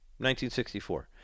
1964